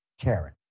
Karen